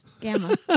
gamma